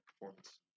performance